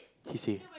he say